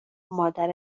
مادر